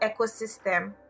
ecosystem